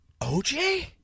OJ